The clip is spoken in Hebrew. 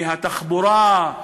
מהתחבורה,